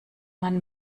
man